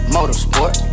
Motorsport